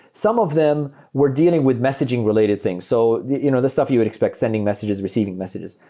some of them were dealing with messaging related things. so the you know the stuff you would expect, sending messages, receiving messages.